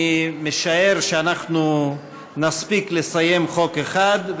אני משער שאנחנו נספיק לסיים חוק אחד,